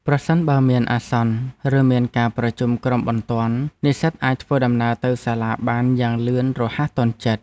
ប្រសិនបើមានអាសន្ន ឬមានការប្រជុំក្រុមបន្ទាន់ និស្សិតអាចធ្វើដំណើរទៅសាលាបានយ៉ាងលឿនរហ័សទាន់ចិត្ត។